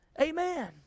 Amen